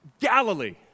Galilee